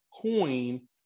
coin